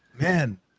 Man